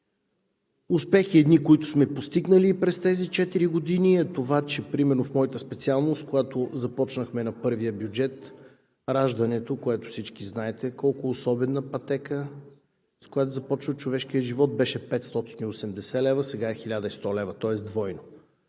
Успехи едни, които сме постигнали през тези четири години, е това, че примерно в моята специалност, когато започнахме на първия бюджет, раждането, за което всички знаете, колко особена пътека е – с което започва човешкият живот, беше 580 лв. Сега е 1100 лв., тоест двойно,